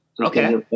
Okay